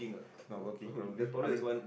no working probably I mean